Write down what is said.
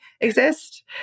exist